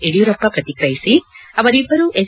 ಯಡಿಯೂರಪ್ಪ ಪ್ರತಿಕ್ರಿಯಿಸಿ ಅವರಿಬ್ಬರೂ ಎಸ್